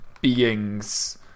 beings